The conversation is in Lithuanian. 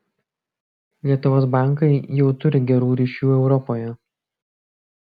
lietuvos bankai jau turi gerų ryšių europoje